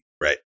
right